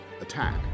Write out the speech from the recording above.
attack